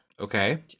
Okay